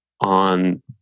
on